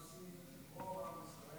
קידוש בליל שבת עושים רוב עם ישראל,